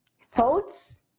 thoughts